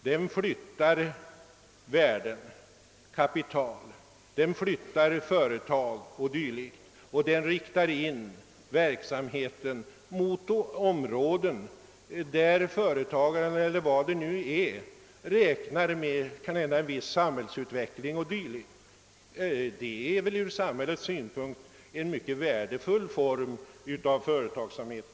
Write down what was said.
Den flyttar värden, kapital, företag o.d., och den inriktar verksamheten på områden där företagaren eller vad det nu gäller räknar med exempelvis en viss samhällsutveckling. Från «samhällets synpunkt är väl denna spekulation en mycket värdefull form av företagsamhet.